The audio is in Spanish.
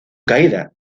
caída